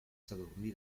sadurní